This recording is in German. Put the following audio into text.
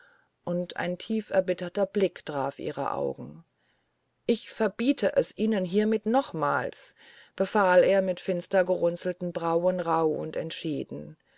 und ein tief erbitterter blick traf ihr auge ich verbiete es ihnen hiermit nochmals befahl er mit finster gerunzelten brauen rauh und entschieden